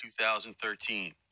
2013